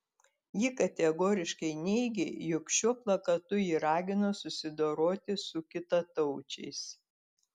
ji kategoriškai neigė jog šiuo plakatu ji ragino susidoroti su kitataučiais